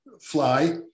fly